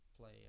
play